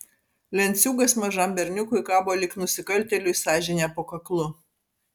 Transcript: lenciūgas mažam berniukui kabo lyg nusikaltėliui sąžinė po kaklu